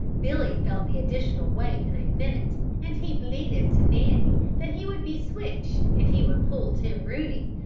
billy felt the additional weight in a minute and he bleated to nanny that he would be switched if he would pull tim rooney,